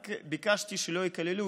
רק ביקשתי שלא יקללו,